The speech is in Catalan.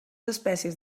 espècies